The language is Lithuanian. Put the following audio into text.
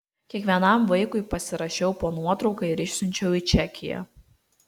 kiekvienam vaikui pasirašiau po nuotrauka ir išsiunčiau į čekiją